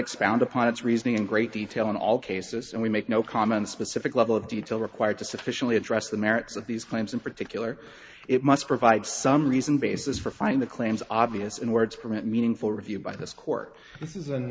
expound upon its reasoning in great detail in all cases and we make no comment specific level of detail required to sufficiently address the merits of these claims in particular it must provide some reason basis for finding the claims obvious and words from a meaningful review by this court